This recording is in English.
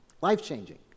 Life-changing